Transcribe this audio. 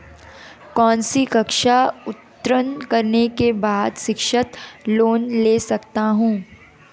कौनसी कक्षा उत्तीर्ण करने के बाद शिक्षित लोंन ले सकता हूं?